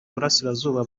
burasirazuba